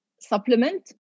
supplement